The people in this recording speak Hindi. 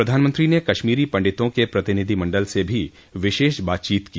प्रधानमंत्री ने कश्मीरी पंडितों के प्रतिनिधिमण्डल से भी विशेष बातचीत की